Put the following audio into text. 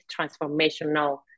Transformational